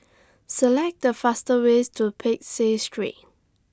Select The fastest ways to Peck Seah Street